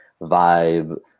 vibe